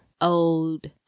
old